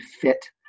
fit